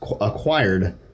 acquired